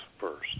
first